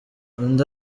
undi